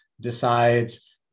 decides